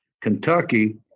Kentucky